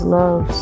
love